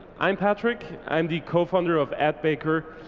i'm patrick. i'm the co-founder of adbaker,